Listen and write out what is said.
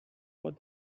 what